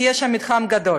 כי יש שם מתחם גדול.